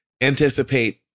anticipate